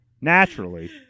Naturally